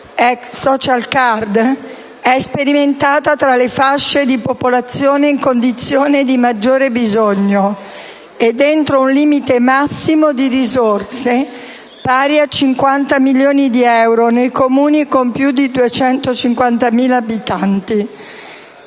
(ex *social card*) è sperimentata tra le fasce di popolazione che versano in condizioni di maggiore bisogno entro un limite massimo di risorse pari a 50 milioni di euro nei Comuni con più di 250.000 abitanti.